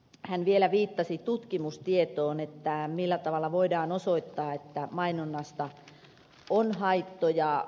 hän vielä viittasi tutkimustietoon millä tavalla voidaan osoittaa että mainonnasta on haittoja